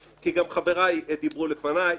כי גם חבריי דיברו לפניי.